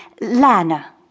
Lana